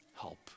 help